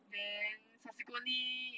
then subsequently